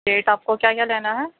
rate آپ کو کیا کیا لینا ہے